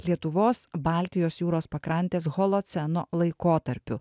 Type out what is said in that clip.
lietuvos baltijos jūros pakrantės holoceno laikotarpiu